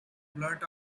blurt